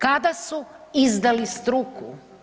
Kada su izdali struku?